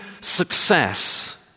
success